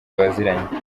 baziranye